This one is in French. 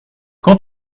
quand